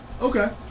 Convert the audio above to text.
Okay